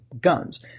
guns